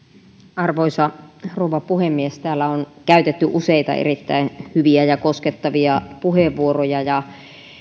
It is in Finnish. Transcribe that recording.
arvoisa rouva puhemies täällä on käytetty useita erittäin hyviä ja koskettavia puheenvuoroja ja